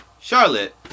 Charlotte